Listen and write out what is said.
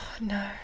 no